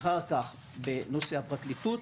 כול בחקירות, אחר כך בפרקליטות,